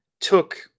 took